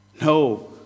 No